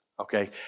Okay